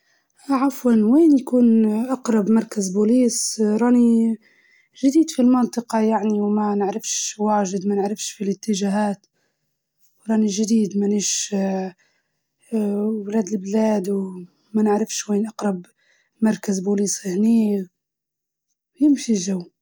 معليش وين نحصل مكان أقرب مركز شرطة؟ راح أنا هنا جديدة في المنطقة هدي، وما ما نعرف الأماكن، والجهات.